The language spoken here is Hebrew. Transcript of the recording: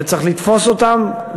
וצריך לתפוס אותם,